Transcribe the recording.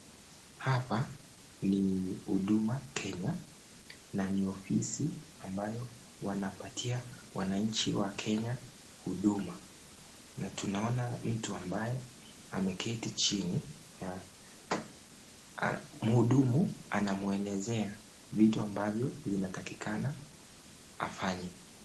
Hapa ni Huduma Kenya na ni ofisi ambayo wanapatia wananchi wa Kenya huduma na tunaona mtu ambaye ameketi chini na mhudumu anamuelezea vitu ambavyo vinatakikana afanye.